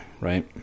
right